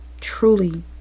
truly